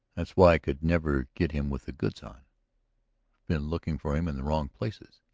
that's why i could never get him with the goods on been looking for him in the wrong places.